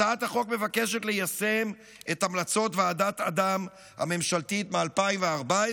הצעת החוק מבקשת ליישם את המלצות ועדת אדם הממשלתית מ-2014